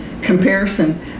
comparison